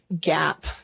gap